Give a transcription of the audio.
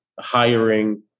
hiring